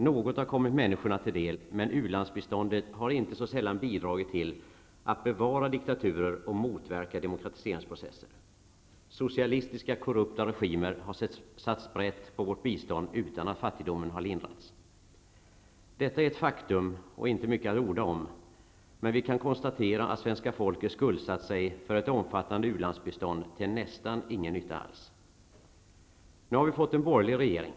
Något har kommit människorna till del, men u-landsbiståndet har inte så sällan bidragit till att bevara diktaturer och motverka demokratiseringsprocesser. Socialistiska korrupta regimer har ''satt sprätt'' på vårt bistånd, utan att fattigdomen har lindrats. Detta är ett faktum och inte mycket att orda om, men vi kan konstatera att svenska folket skuldsatt sig på grund av ett omfattande u-landsbistånd till nästan ingen nytta alls. Nu har vi fått en borgerlig regering.